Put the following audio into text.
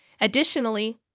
Additionally